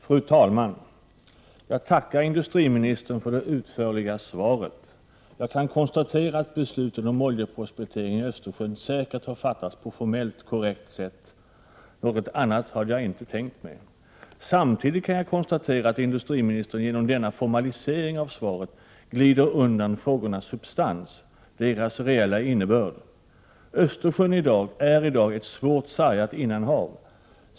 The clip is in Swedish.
Fru talman! Jag tackar industriministern för det utförliga svaret. Jag kan konstatera att beslutet om oljeprospektering i Östersjön säkert har fattats på formellt korrekt sätt, och något annat hade jag inte tänkt mig. Samtidigt kan jag konstatera att industriministern genom denna formalisering av svaret glider undan frågornas substans, deras reella innebörd. Östersjön är i dag ett svårt sargat innanhav.